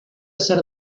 ser